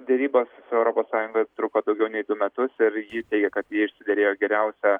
derybos su europos sąjunga truko daugiau nei du metus ir ji teigia kad ji išsiderėjo geriausią